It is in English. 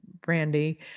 brandy